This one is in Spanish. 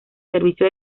servicio